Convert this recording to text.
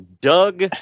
Doug